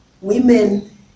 women